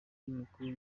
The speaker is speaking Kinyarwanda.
mukuru